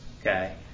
okay